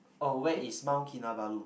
oh where is Mount Kinabalu